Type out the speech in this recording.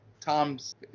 tom's